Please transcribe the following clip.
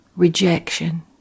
Rejection